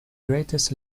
greatest